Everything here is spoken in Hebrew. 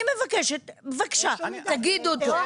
אני מבקשת בבקשה תגיד אותו.